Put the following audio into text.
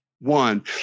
one